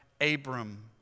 Abram